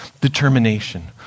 determination